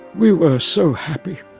we were so happy.